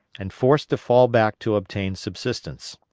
and forced to fall back to obtain subsistence.